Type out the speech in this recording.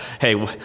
Hey